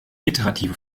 iterative